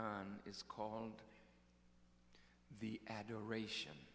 it's called the adoration